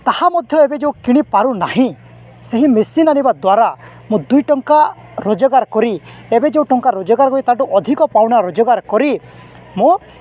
ତାହା ମଧ୍ୟ ଏବେ ଯେଉଁ କିଣିପାରୁନାହିଁ ସେହି ମେସିନ୍ ଆଣିବା ଦ୍ୱାରା ମୁଁ ଦୁଇ ଟଙ୍କା ରୋଜଗାର କରି ଏବେ ଯେଉଁ ଟଙ୍କା ରୋଜଗାର କରି ତା'ଠୁ ଅଧିକ ପାଉନା ରୋଜଗାର କରି ମୁଁ